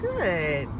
Good